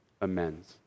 amends